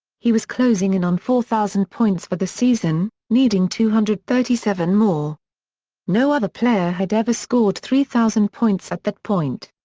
he was closing in on four thousand points for the season, needing two hundred and thirty seven more no other player had ever scored three thousand points at that point.